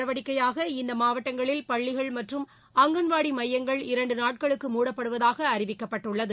நடவடிக்கையாக இந்த மாவட்டங்களில் பள்ளிகள் மற்றும் அங்கன்வாடி மையங்கள் இரண்டு நாட்களுக்கு மூடப்படுவதாக அறிவிக்கப்பட்டுள்ளது